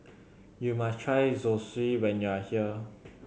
you must try Zosui when you are here